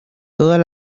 todas